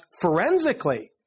forensically